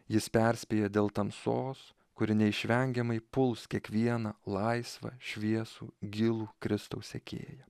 jis perspėja dėl tamsos kuri neišvengiamai puls kiekvieną laisvą šviesų gilų kristaus sekėją